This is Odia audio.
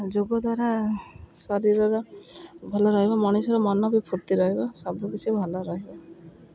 ଯୋଗ ଦ୍ୱାରା ଶରୀରର ଭଲ ରହିବ ମଣିଷର ମନ ବି ଫୁର୍ତ୍ତି ରହିବ ସବୁକିଛି ଭଲ ରହିବ